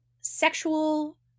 sexual